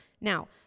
Now